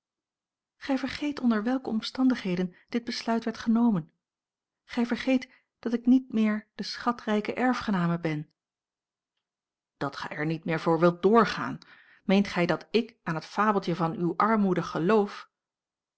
gij vergeet onder welke omstandigheden dit besluit werd genomen gij vergeet dat ik niet meer de schatrijke erfgename ben dat gij er niet meer voor wilt doorgaan meent gij dat ik aan het fabeltje van uwe armoede geloof